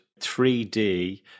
3D